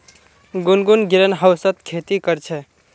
गुनगुन ग्रीनहाउसत खेती कर छ